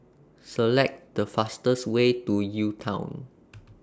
Select The fastest Way to U Town